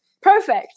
perfect